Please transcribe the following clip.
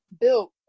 built